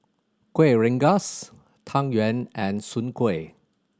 Kuih Rengas Tang Yuen and Soon Kuih